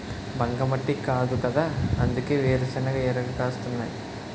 బంకమట్టి కాదుకదా అందుకే వేరుశెనగ ఇరగ కాస్తున్నాయ్